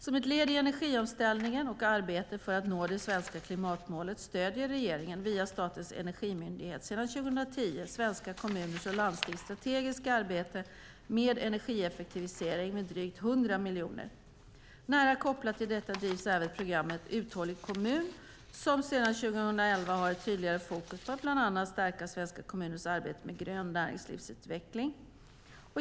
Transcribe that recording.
Som ett led i energiomställningen och arbetet för att nå det svenska klimatmålet stöder regeringen, via Statens energimyndighet, sedan 2010 svenska kommuners och landstings strategiska arbete med energieffektivisering med drygt 100 miljoner. Nära kopplat till detta drivs även programmet Uthållig kommun, som sedan 2011 har ett tydligare fokus på att bland annat stärka svenska kommuners arbete med grön näringslivsutveckling.